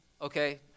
okay